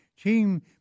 team